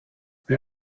wer